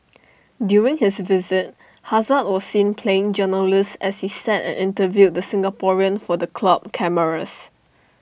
during his visit hazard was seen playing journalist as he sat and interviewed the Singaporean for the club cameras